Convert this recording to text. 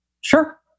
Sure